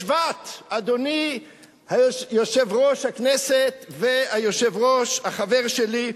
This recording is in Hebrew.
בשבט, אדוני יושב-ראש הכנסת, והיושב-ראש החבר שלי,